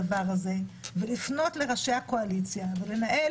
בידך לעצור את הדבר הזה ולפנות לראשי הקואליציה ולנהל